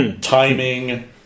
timing